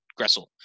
Gressel